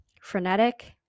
frenetic